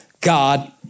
God